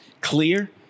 clear